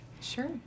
Sure